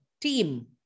team